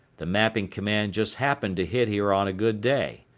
the mapping command just happened to hit here on a good day.